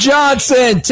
Johnson